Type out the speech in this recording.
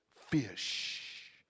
fish